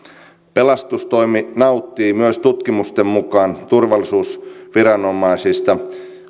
pelastustoimi nauttii myös tutkimusten mukaan turvallisuusviranomaisista